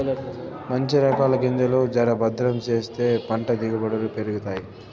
మంచి రకాల గింజలు జర భద్రం చేస్తే పంట దిగుబడులు పెరుగుతాయి